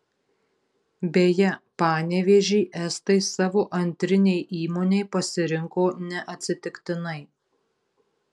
beje panevėžį estai savo antrinei įmonei pasirinko neatsitiktinai